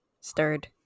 stirred